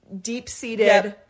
deep-seated